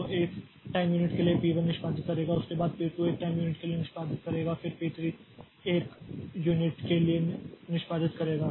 तो 1 time unit के लिए P 1 निष्पादित करेगा उसके बाद P 2 1 टाइम यूनिट के लिए निष्पादित करेगा फिर P 3 1 यूनिट यूनिट के लिए निष्पादित करेगा